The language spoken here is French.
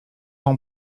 ans